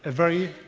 very,